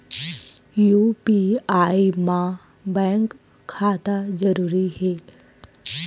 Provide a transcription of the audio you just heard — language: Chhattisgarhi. यू.पी.आई मा बैंक खाता जरूरी हे?